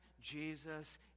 jesus